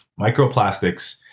Microplastics